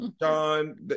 John